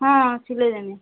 ହଁ ସିଲେଇ ଜାନିନି